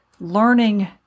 learning